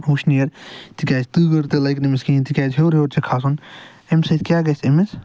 وُشنٮ۪ر تِکیازِ تۭر تہِ لٔگۍ نہٕ أمِس تِکیازِ ہٮ۪وٚر ہٮ۪وٚر چھُ کَسُن اَمہِ سۭتۍ کیاہ گژھِ أمِس